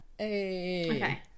Okay